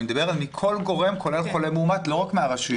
אני מדבר על מכל גורם כולל חולה מאומת ולא רק מהרשויות.